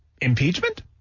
impeachment